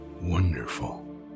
wonderful